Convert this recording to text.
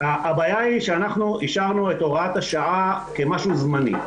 הבעיה היא שאנחנו אישרנו את הוראת השעה כדבר זמני,